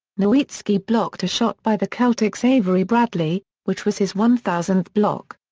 nowitzki blocked a shot by the celtics' avery bradley, which was his one thousandth block.